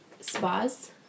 Spas